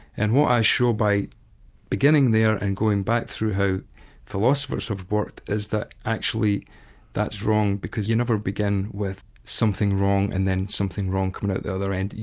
and what i show by beginning there and going back through how philosophers have worked, is that actually that's wrong, because you never begin with something wrong and then something wrong coming out the other end.